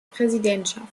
präsidentschaft